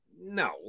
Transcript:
no